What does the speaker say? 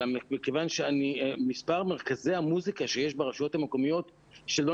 אלא מכיוון שמספר מרכזי המוסיקה שיש ברשויות המקומיות שלא